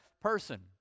person